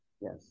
Yes